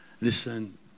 Listen